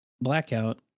blackout